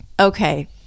Okay